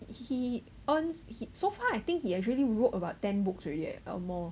he earns he so far I think he actually wrote about ten books already eh or more